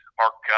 mark